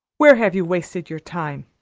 where have you wasted your time?